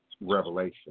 revelation